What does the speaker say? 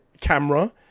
camera